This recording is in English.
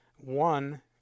One